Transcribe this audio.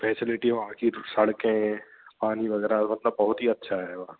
facility वहाँ की सड़कें पानी वगैरह मतलब बहुत ही अच्छा है वहाँ